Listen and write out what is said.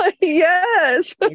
Yes